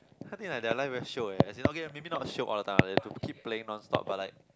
I think ah their life very shiok eh as in okay maybe no shiok all the time and then to keep playing non stop but like